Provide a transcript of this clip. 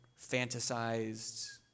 fantasized